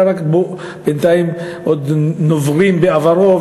אלא רק בינתיים עוד נוברים בעברו,